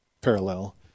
parallel